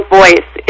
voice